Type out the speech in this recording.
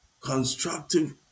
constructive